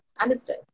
understood